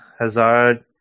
Hazard